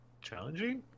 challenging